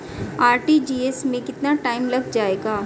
RTGS में कितना time लग जाएगा?